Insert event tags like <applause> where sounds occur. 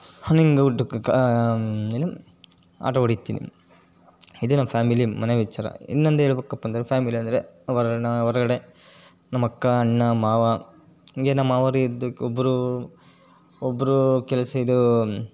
<unintelligible> ಏನು ಆಟೋ ಹೊಡಿತೀನಿ ಇದು ನನ್ನ ಫ್ಯಾಮಿಲಿ ಮನೆ ವಿಚಾರ ಇನ್ನೊಂದು ಹೇಳಬೇಕಪ್ಪಂದ್ರೆ ಫ್ಯಾಮಿಲಿ ಅಂದರೆ ಹೊರ ನಾನು ಹೊರಗಡೆ ನಮ್ಮ ಅಕ್ಕ ಅಣ್ಣ ಮಾವ ಹಿಂಗೆ ನಮ್ಮ ಮಾವರಿದ್ದು ಒಬ್ಬರು ಒಬ್ಬರು ಕೆಲ್ಸ ಇದು